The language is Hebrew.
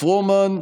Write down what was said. אורלי פרומן,